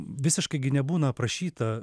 visiškai gi nebūna aprašyta